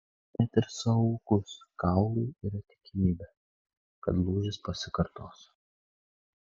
net ir suaugus kaului yra tikimybė kad lūžis pasikartos